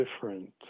different